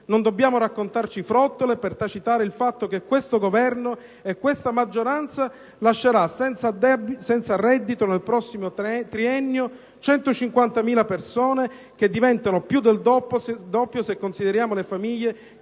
Non dobbiamo raccontarci frottole per tacitare il fatto che questo Governo e questa maggioranza lascerà senza reddito nel prossimo triennio 150.000 persone, che diventano più del doppio se consideriamo le famiglie